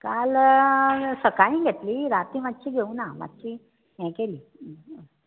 काल सकाळीं घेतली राती मात्शी घेवं ना मात्शी हे केली